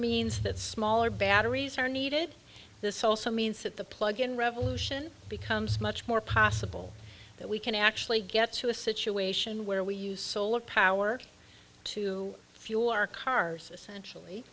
means that smaller batteries are needed this also means that the plug in revolution becomes much more possible that we can actually get to a situation where we use solar power to fuel our cars essentially